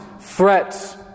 threats